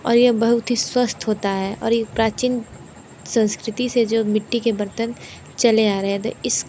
और यह बहुत ही स्वस्थ होता है और यह प्राचीन संस्कृति से जो मिट्टी के बर्तन चले आ रहे थे इस